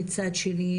מצד שני,